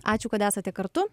ačiū kad esate kartu